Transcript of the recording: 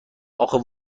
اخه